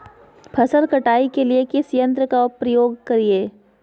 फसल कटाई के लिए किस यंत्र का प्रयोग करिये?